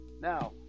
Now